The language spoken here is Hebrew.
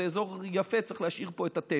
זה אזור יפה, צריך להשאיר פה את הטבע.